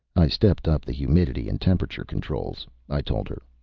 i stepped up the humidity and temperature controls, i told her.